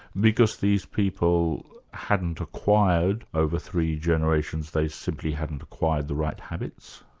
because these people hadn't acquired, over three generations, they simply hadn't acquired the right habits?